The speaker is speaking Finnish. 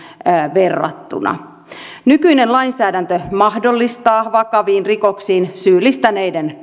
verrattuna nykyinen lainsäädäntö mahdollistaa vakaviin rikoksiin syyllistyneiden